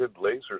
laser